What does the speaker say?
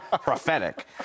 prophetic